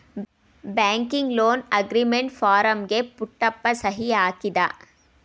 banking loan agreement ಫಾರಂಗೆ ಪುಟ್ಟಪ್ಪ ಸಹಿ ಹಾಕಿದ